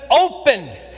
opened